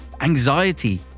anxiety